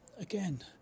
again